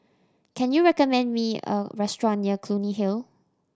can you recommend me a restaurant near Clunny Hill